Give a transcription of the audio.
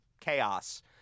chaos